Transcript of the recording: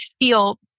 feel